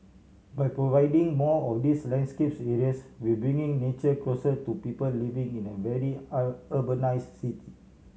by providing more of these landscapes areas we bringing nature closer to people living in a very an urbanise city